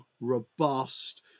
robust